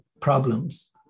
problems